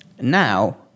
Now